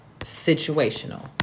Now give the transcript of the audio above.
situational